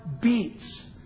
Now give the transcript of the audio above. beats